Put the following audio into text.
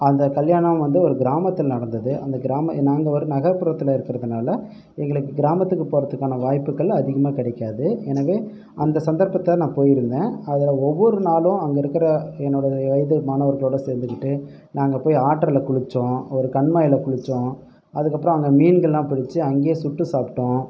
அந்த கல்யாணம் வந்து ஒரு கிராமத்தில் நடந்தது அந்த கிராம நாங்கள் ஒரு நகர்புறத்தில் இருக்குறதுனால் எங்களுக்கு கிராமத்துக்கு போகிறதுக்கான வாய்ப்புகள் அதிகமாக கிடைக்காது எனவே அந்த சந்தர்ப்பத்தை நான் போய் இருந்தேன் அதில் ஒவ்வொரு நாளும் அங்கே இருக்கிற என்னோட வயது மாணவர்களோடு சேர்ந்துகிட்டு நாங்கள் போய் ஆற்றில் குளித்தோம் ஒரு கண்மாயில் குளித்தோம் அதுக்கப்புறம் அங்கே மீன்கள்ல்லாம் பிடிச்சி அங்கேயே சுட்டு சாப்பிடோம்